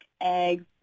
eggs